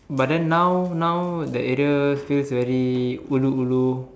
but then now now the area feels very ulu ulu